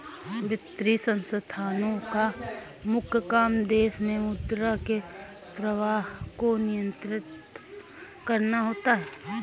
वित्तीय संस्थानोँ का मुख्य काम देश मे मुद्रा के प्रवाह को नियंत्रित करना होता है